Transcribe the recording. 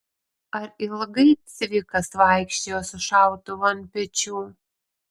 ar ilgai cvikas vaikščiojo su šautuvu ant pečių